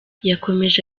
yakomeje